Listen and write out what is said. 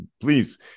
please